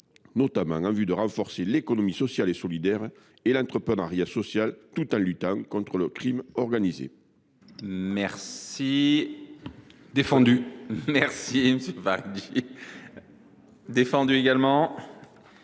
Cela contribuera à renforcer l’économie sociale et solidaire et l’entreprenariat social, tout en luttant contre le crime organisé.